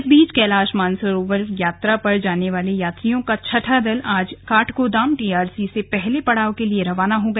इस बीच कैलाश मानसरोवर यात्रा पर जाने वाले यात्रियों का छठा दल आज काठगोदाम टीआरसी से पहले पड़ाव के लिए रवाना हो गया